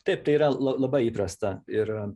taip tai yra la labai įprasta ir